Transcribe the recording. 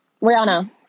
Rihanna